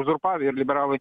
uzurpavę ir liberalai